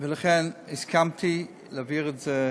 ולכן הסכמתי להעביר את זה,